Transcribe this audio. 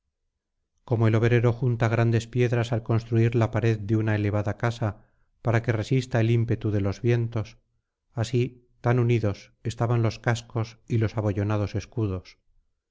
como el obrero junta grandes piedras al construir la pared de una elevada casa para que resista el ímpetu de los vientos así tan unidos estaban los cascos y los abollonados escudos